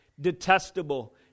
detestable